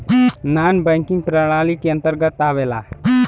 नानॅ banking प्रणाली के अंतर्गत आवेला